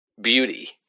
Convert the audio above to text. beauty